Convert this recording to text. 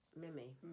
Mimi